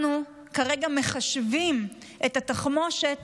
אנחנו כרגע מחשבים את התחמושת